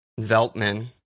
Veltman